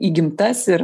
įgimtas ir